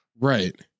Right